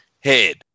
head